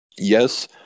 Yes